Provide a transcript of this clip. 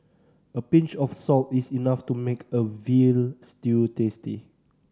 a pinch of salt is enough to make a veal stew tasty